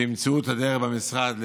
שימצאו את הדרך במשרד,